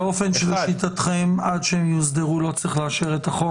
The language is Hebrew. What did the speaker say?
באופן שלשיטתכם עד שהם יוסדרו לא צריך לאשר את החוק